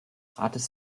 rates